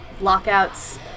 lockouts